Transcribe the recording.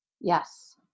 Yes